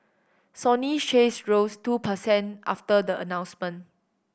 Sony shares rose two percent after the announcement